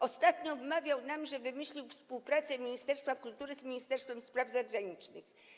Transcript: Ostatnio wmawiał nam, że wymyślił współpracę ministerstwa kultury z Ministerstwem Spraw Zagranicznych.